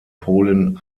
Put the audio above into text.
polen